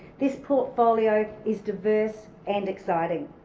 this portfolio is diverse and exciting.